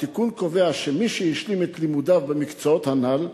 התיקון קובע שמי שהשלים את לימודיו במקצועות הנ"ל,